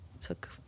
took